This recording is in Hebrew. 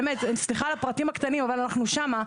באמת סליחה על הפרטים הקטנים אבל אנחנו שם,